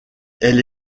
elle